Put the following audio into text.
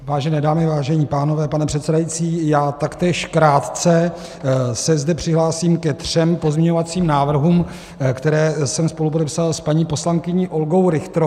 Vážené dámy, vážení pánové, pane předsedající, já taktéž krátce se zde přihlásím ke třem pozměňovacím návrhům, které jsem spolupodepsal s paní poslankyní Olgou Richterovou.